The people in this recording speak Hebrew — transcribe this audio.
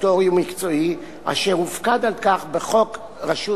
סטטוטורי ומקצועי אשר הופקד על כך בחוק רשות